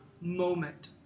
moment